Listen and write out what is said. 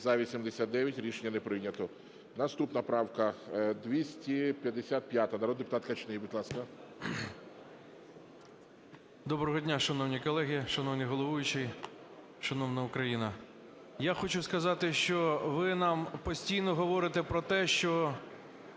За-89 Рішення не прийнято. Наступна правка 255, народний депутат Качний. Будь ласка. 11:10:01 КАЧНИЙ О.С. Доброго дня, шановні колеги, шановний головуючий, шановна Україно! Я хочу сказати, що ви нам постійно говорите про те, що